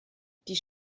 die